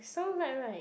so light right